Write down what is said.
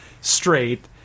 straight